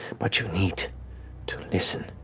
but you need to listen.